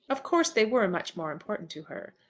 of course they were much more important to her.